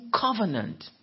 covenant